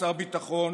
כשר ביטחון,